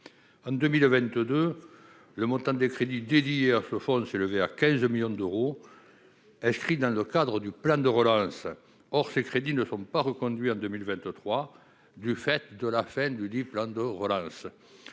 en 2022, le montant des crédits dédiés à flot font s'élevait à 15 millions d'euros inscrit dans le cadre du plan de relance, or ces crédits ne sont pas reconduits en 2023, du fait de la fin du du plan de relance,